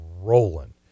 rolling